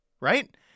right